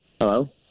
Hello